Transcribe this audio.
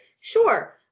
Sure